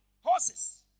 horses